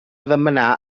demanar